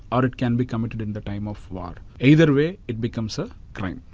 or it can be committed in the time of war. either way, it becomes a crime.